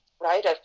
right